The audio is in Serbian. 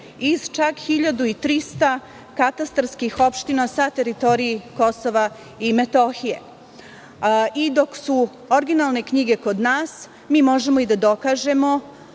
iz čak 1.300 katastarskih opština sa teritorije KiM. I dok su originalne knjige kod nas, mi možemo i da dokažemo